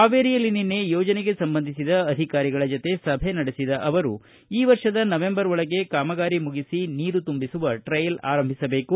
ಪಾವೇರಿಯಲ್ಲಿ ನಿನ್ನೆ ಯೋಜನೆಗೆ ಸಂಬಂಧಿಸಿದ ಅಧಿಕಾರಿಗಳ ಜತೆ ಸಭೆ ನಡೆಸಿದ ಅವರು ಈ ವರ್ಷದ ನವಂಬರ ಒಳಗೆ ಕಾಮಗಾರಿ ಮುಗಿಸಿ ನೀರು ತುಂಬಿಸುವ ಟ್ರಯಲ್ ಆರಂಭಿಸಬೇಕು